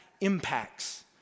impacts